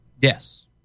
Yes